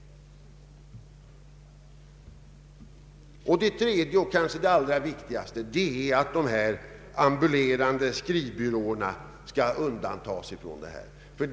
Det kanske allra viktigaste kravet är att de ”ambulerande” skrivbyråerna undantas från denna lag.